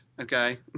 okay